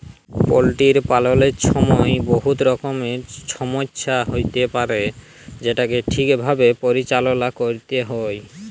poultry পাললের ছময় বহুত রকমের ছমচ্যা হ্যইতে পারে যেটকে ঠিকভাবে পরিচাললা ক্যইরতে হ্যয়